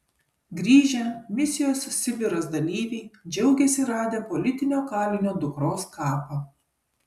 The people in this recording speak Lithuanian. grįžę misijos sibiras dalyviai džiaugiasi radę politinio kalinio dukros kapą